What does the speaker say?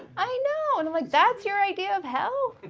i know! and like that's your idea of hell?